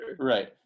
Right